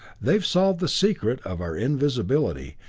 they've solved the secret of our invisibility,